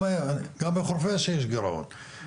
גם ב חורפיש יש גירעון,